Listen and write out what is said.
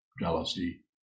jealousy